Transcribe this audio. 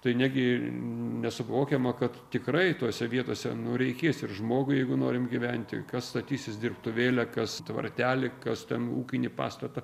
tai negi nesuvokiama kad tikrai tose vietose nu reikės ir žmogui jeigu norint gyventi kas statysis dirbtuvėlę kas tvartelį kas ten ūkinį pastatą